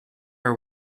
are